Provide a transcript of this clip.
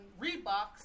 Reeboks